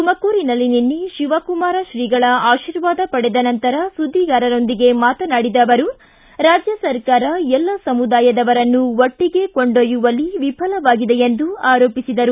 ತುಮಕೂರಿನಲ್ಲಿ ನಿನ್ನೆ ಶಿವಕುಮಾರ ಶ್ರೀಗಳ ಆಶೀರ್ವಾದ ಪಡೆದ ನಂತರ ಸುದ್ದಿಗಾರರೊಂದಿಗೆ ಮಾತನಾಡಿದ ಅವರು ರಾಜ್ಯ ಸರ್ಕಾರ ಎಲ್ಲ ಸಮುದಾಯದವರನ್ನೂ ಒಟ್ಟಿಗೆ ಕೊಂಡೊಯ್ಯುವಲ್ಲಿ ವಿಫಲವಾಗಿದೆ ಎಂದು ಆರೋಪಿಸಿದರು